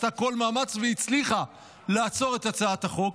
עשתה כל מאמץ והצליחה לעצור את הצעת החוק.